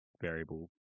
variable